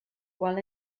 qual